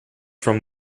from